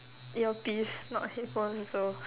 earpiece not headphones though